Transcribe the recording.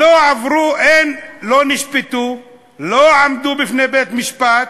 לא נשפטו, לא עמדו בפני בית-משפט,